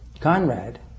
Conrad